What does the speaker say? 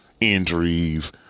Injuries